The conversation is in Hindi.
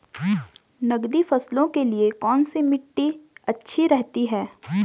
नकदी फसलों के लिए कौन सी मिट्टी अच्छी रहती है?